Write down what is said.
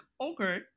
okay